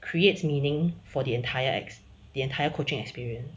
creates meaning for the entire ex the entire coaching experience